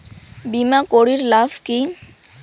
বিমা করির লাভ কি?